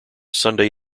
sunday